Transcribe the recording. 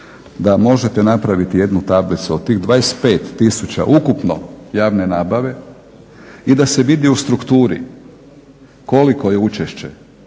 da možete napraviti jednu tablicu od tih 25 tisuća ukupno javne nabave i da se vidi u strukturi koliko je učešće